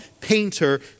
painter